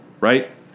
right